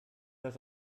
das